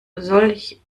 solch